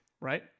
right